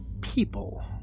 people